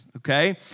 Okay